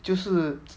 就是